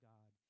God